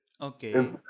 okay